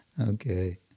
Okay